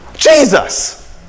Jesus